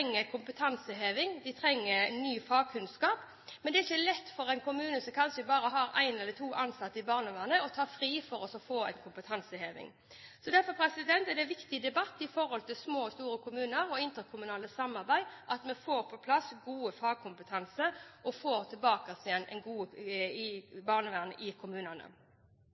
trenger ny fagkunnskap. Men det er ikke lett for en ansatt i en kommune som kanskje bare har én eller to ansatte i barnevernet, å ta fri for å få kompetanseheving. Derfor er det en viktig debatt i forbindelse med små og store kommuner og interkommunalt samarbeid at vi får på plass god fagkompetanse – får tilbake fagkompetansen i barnevernet i kommunene.